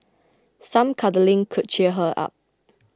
some cuddling could cheer her up